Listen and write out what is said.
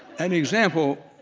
an example,